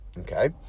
okay